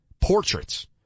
portraits